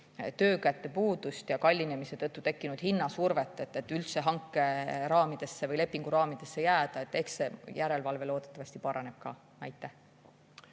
töökäte puudust ja [üldise] kallinemise tõttu tekkinud hinnasurvet, et üldse hanke või lepingu raamidesse jääda, siis eks see järelevalve loodetavasti paraneb ka. Aitäh!